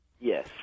Yes